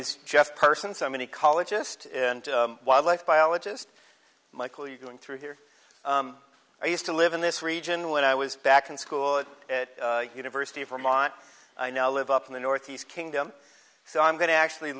just person so many colleges and wildlife biologist michael you going through here i used to live in this region when i was back in school the university of vermont i now live up in the northeast kingdom so i'm going to actually